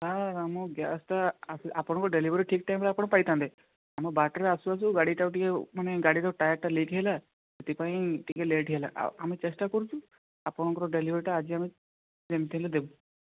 ହଁ ହଁ ମୁଁ ଗ୍ୟାସ୍ଟା ଆପଣଙ୍କ ଡେଲିଭରି ଠିକ୍ ଟାଇମ୍ରେ ଆପଣ ପାଇଥାନ୍ତେ ଆମେ ବାଟରେ ଆସୁ ଆସୁ ଗାଡ଼ିଟାକୁ ଟିକେ ମାନେ ଗାଡ଼ିର ଟାୟାର୍ଟା ଲିକ୍ ହେଇଗଲା ସେଥିପାଇଁ ଟିକେ ଲେଟ୍ ହେଲା ଆମେ ଚେଷ୍ଟା କରୁଛୁ ଆପଣଙ୍କର ଡେଲିଭରିଟା ଆଜି ଆମେ ଯେମିତି ହେଲେ ଦେବୁ